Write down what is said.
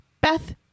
Beth